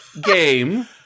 game